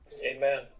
Amen